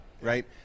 right